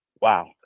Wow